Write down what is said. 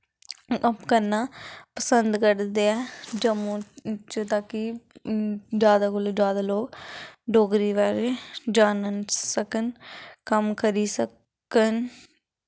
करना पसंद करदे ऐ जम्मू च ता कि जैदा कोला जैदा लोग डोगरी बारै जानी सकन कम्म करी सकन